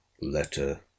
letter